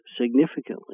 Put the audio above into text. significantly